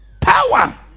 Power